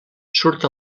surt